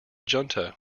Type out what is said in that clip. junta